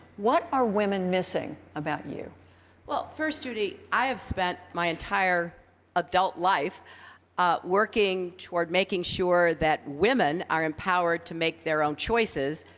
what are women missing about you? clinton well, first, judy, i have spent my entire adult life working toward making sure that women are empowered to make their own choices,